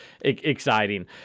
exciting